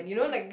yup